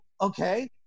okay